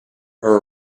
her